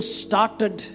started